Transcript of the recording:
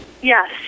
Yes